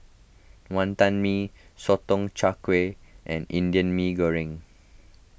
Wantan Mee Sotong Char Kway and Indian Mee Goreng